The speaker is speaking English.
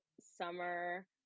summer